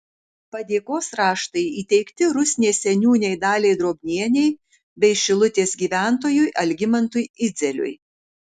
padėkos raštai įteikti rusnės seniūnei daliai drobnienei bei šilutės gyventojui algimantui idzeliui